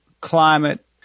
climate